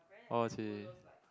oh I see